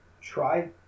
try